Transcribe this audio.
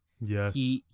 Yes